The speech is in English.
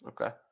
Okay